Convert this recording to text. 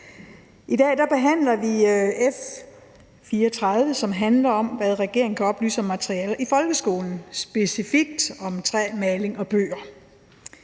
I dag behandler vi F 34, som handler om, hvad regeringen kan oplyse om materialer i folkeskolen, specifikt om træ, maling og bøger.